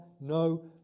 no